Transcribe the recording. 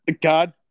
God